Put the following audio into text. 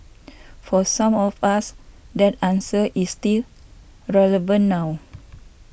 for some of us that answer is still relevant now